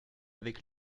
avec